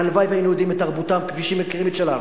והלוואי שהיינו יודעים את תרבותם כפי שהם מכירים את שלנו.